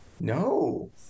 No